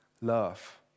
love